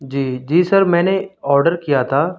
جی جی سر میں نے آڈر کیا تھا